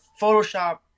Photoshop